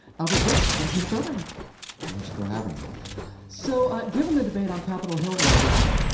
albert brooks, welcome to the program thanks for having me so given the debate on capitol hill right now,